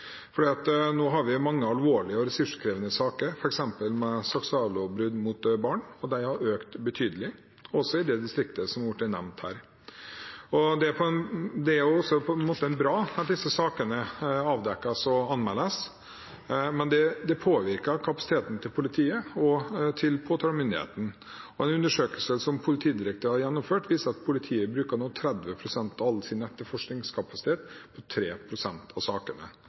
Nå har vi mange alvorlige og ressurskrevende saker, f.eks. med seksuallovbrudd mot barn, og de har økt betydelig, også i det distriktet som ble nevnt her. Det er bra at disse sakene avdekkes og anmeldes, men det påvirker kapasiteten til politiet og påtalemyndigheten. En undersøkelse som er gjennomført, viser at politiet nå bruker 30 pst. av all sin etterforskningskapasitet på 3 pst. av sakene.